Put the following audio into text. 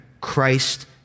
Christ